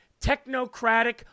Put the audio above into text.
technocratic